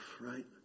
right